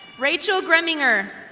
rachel grimmingher.